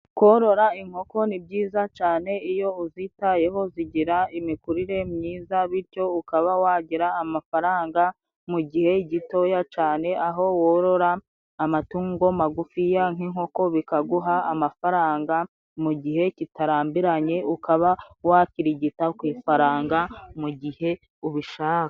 Korora inkoko ni byiza cane, iyo uzitayeho zigira imikurire myiza, bityo ukaba wagira amafaranga mu gihe gitoya cane, aho worora amatungo magufi nk'inkoko, bikaguha amafaranga mu gihe kitarambiranye, ukaba wakirigita ku ifaranga mu gihe ubishaka.